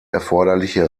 erforderliche